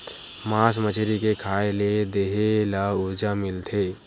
मास मछरी के खाए ले देहे ल उरजा मिलथे